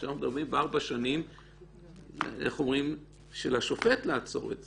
שאנחנו מדברים על 4 שנים של השופט לעצור את זה.